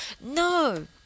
No